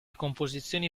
composizioni